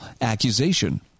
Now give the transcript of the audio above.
accusation